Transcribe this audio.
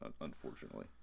unfortunately